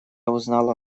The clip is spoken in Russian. узнала